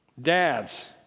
Dads